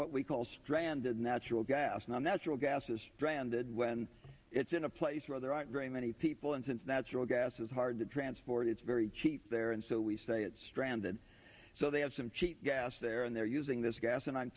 what we call stranded natural gas natural gas is stranded when it's in a place where there aren't very many people and since natural gas is hard to transport it's very cheap there and so we say it's stranded so they have some cheap gas there and they're using this gas and i'